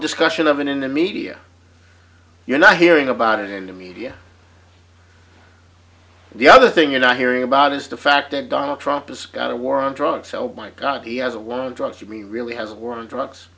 discussion of and in the media you're not hearing about it in the media the other thing you're not hearing about is the fact that donald trump a sky the war on drugs held my god he has a one on drugs he really has a war on drugs